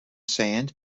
sand